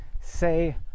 say